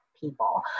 people